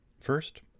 First